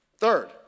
Third